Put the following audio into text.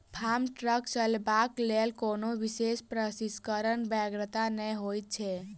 farm truck चलयबाक लेल कोनो विशेष प्रशिक्षणक बेगरता नै होइत छै